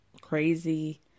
crazy